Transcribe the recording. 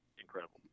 incredible